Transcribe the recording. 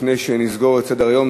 לפני שנסגור את סדר-היום,